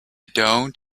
don’t